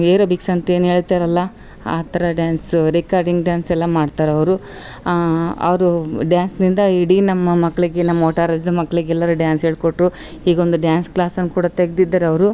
aerobics ಅಂತೇನು ಹೇಳ್ತಾರಲ್ಲ ಆ ಥರ ಡ್ಯಾನ್ಸು ರಿಕಾರ್ಡಿಂಗ್ ಡ್ಯಾನ್ಸೆಲ್ಲ ಮಾಡ್ತಾರವರು ಅವರು ಡ್ಯಾನ್ಸಿನಿಂದ ಇಡೀ ನಮ್ಮ ಮಕ್ಳಿಗೆ ನಮ್ಮ ವಠಾರದ್ ಮಕ್ಳಿಗೆಲ್ಲರು ಡ್ಯಾನ್ಸ್ ಹೇಳಿಕೊಟ್ರು ಈಗ ಒಂದು ಡ್ಯಾನ್ಸ್ ಕ್ಲಾಸನ್ನು ಕೂಡ ತೆಗ್ದಿದ್ದಾರೆ ಅವರು